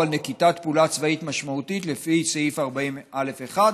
על נקיטת פעולה צבאית משמעותית לפי סעיף 40(א1)